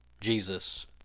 Jesus